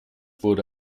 wurde